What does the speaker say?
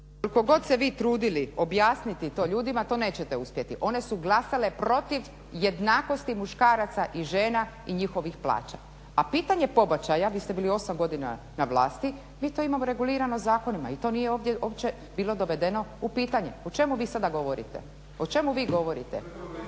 god se vi trudili objasniti to ljudima to nećete uspjeti. One su glasale protiv jednakosti muškaraca i žena i njihovih plaća. A pitanje pobačaja, vi ste bili 8 godina na vlasti, mi to imamo regulirano zakonima i to nije ovdje uopće bilo dovedeno u pitanje. O čemu vi sada govorite? I osim toga, kanite